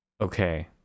okay